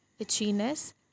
itchiness